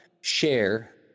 share